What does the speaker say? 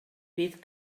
bydd